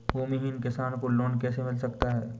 भूमिहीन किसान को लोन कैसे मिल सकता है?